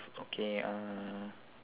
okay uh